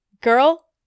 girl